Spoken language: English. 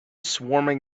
swarming